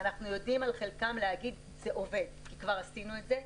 אנחנו יודעים על חלקם להגיד זה עובד כי כבר עשינו את זה,